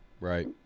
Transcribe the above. Right